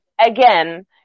again